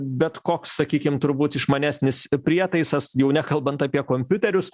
bet koks sakykim turbūt išmanesnis prietaisas jau nekalbant apie kompiuterius